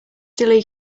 lee